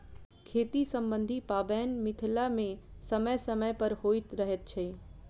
खेती सम्बन्धी पाबैन मिथिला मे समय समय पर होइत रहैत अछि